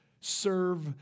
serve